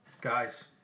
Guys